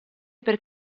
per